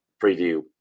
preview